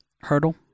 hurdle